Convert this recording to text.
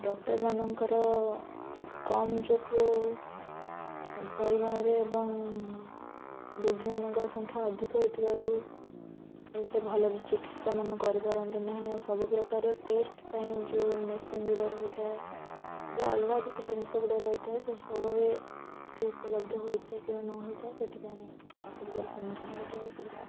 doctor ମାନଙ୍କର କମ୍ ଯୋଗୁଁ ପରିମାଣରେ ଏବଂ ରୋଗୀମାନଙ୍କର ସଂଖ୍ୟା ଅଧିକ ହୋଇଥିବାରୁ ସେ ଭଲରେ ଚିକିତ୍ସାମାନ କରିପାରନ୍ତି ନାହିଁ ଆଉ ସବୁପ୍ରକାର ଟେଷ୍ଟ ପାଇଁ ଯେଉଁ ମେସିନ୍ ଗୁଡ଼ା ରହିଥାଏ ବା ଅଲଗା କିଛି ଜିନିଷଗୁଡ଼ା ରହିଥାଏ ସେ ସବୁ ବି ସେଠି ଉପଲବ୍ଧ ହୋଇଥାଏ କିମ୍ବା ନ ହୋଇଥାଏ ସେଥିପାଇଁ ଅସୁବିଧାର ସମ୍ମୁଖିନ କରିବାକୁ ପଡ଼ିଥାଏ